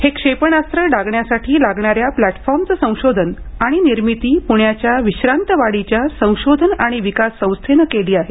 हे क्षेपणास्त्र डागण्यासाठी लागणाऱ्या प्लॅटफॉर्मचं संशोधन आणि निर्मिती पुण्याच्या विश्रांत वाडीच्या संशोधन आणि विकास संस्थेनं केली आहे